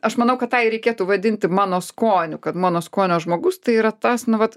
aš manau kad tą ir reikėtų vadinti mano skoniu kad mano skonio žmogus tai yra tas nu vat